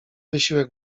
wysiłek